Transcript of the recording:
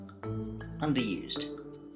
underused